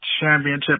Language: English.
championship